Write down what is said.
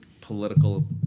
political